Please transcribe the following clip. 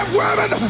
women